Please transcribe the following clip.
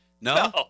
No